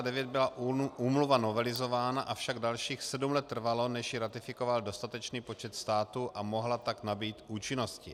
V roce 1999 byla úmluva novelizována, avšak dalších sedm let trvalo, než ji ratifikoval dostatečný počet států a mohla tak nabýt účinnosti.